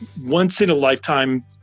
once-in-a-lifetime